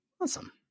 Awesome